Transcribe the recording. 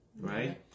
Right